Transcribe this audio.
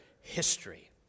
history